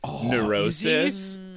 neurosis